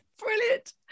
brilliant